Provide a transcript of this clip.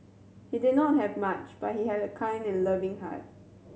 he did not have much but he had a kind and loving heart